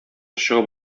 чыгып